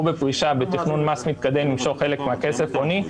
או בפרישה בתכנון מס מתקדם למשוך חלק מהכסף ההוני,